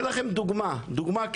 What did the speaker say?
אני אתן לכם דוגמה קלאסית,